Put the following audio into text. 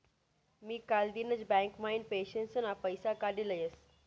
मी कालदिनच बँक म्हाइन पेंशनना पैसा काडी लयस